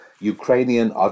Ukrainian